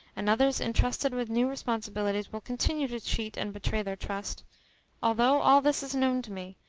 and others entrusted with new responsibilities will continue to cheat and betray their trust although all this is known to me,